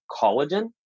collagen